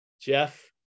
Jeff